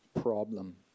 problem